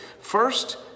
First